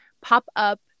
pop-up